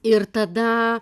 ir tada